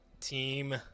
team